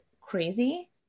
crazy